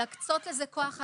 להקצות לזה כוח אדם,